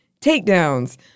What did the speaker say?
takedowns